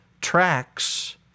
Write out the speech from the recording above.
tracks